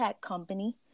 company